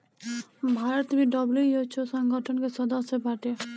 भारत भी डब्ल्यू.एच.ओ संगठन के सदस्य बाटे